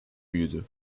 büyüdü